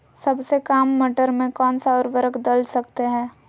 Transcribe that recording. सबसे काम मटर में कौन सा ऊर्वरक दल सकते हैं?